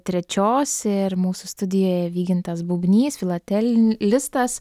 trečios ir mūsų studijoje vygintas bubnys filatelinlistas